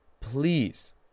please